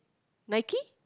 Nike